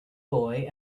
boy